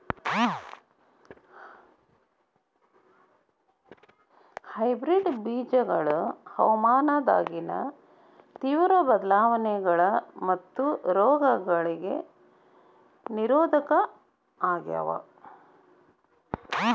hybrid ಬೇಜಗೊಳ ಹವಾಮಾನದಾಗಿನ ತೇವ್ರ ಬದಲಾವಣೆಗಳಿಗ ಮತ್ತು ರೋಗಗಳಿಗ ನಿರೋಧಕ ಆಗ್ಯಾವ